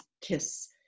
kiss